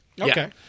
Okay